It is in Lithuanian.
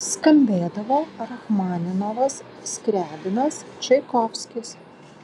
skambėdavo rachmaninovas skriabinas čaikovskis